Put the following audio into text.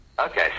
Okay